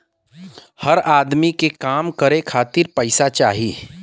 हर अदमी के काम करे खातिर पइसा चाही